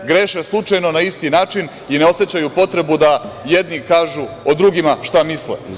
Kako to da svi greše slučajno na isti način i ne osećaju potrebu da jedni kažu o drugima šta misle?